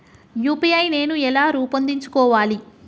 UPI నేను ఎలా రూపొందించుకోవాలి?